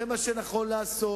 זה מה שנכון לעשות,